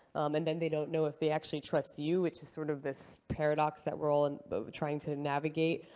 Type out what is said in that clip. and then they don't know if they actually trust you, which is sort of this paradox that we're all and but trying to navigate.